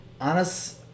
Honest